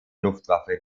luftwaffe